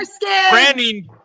Branding